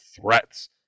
threats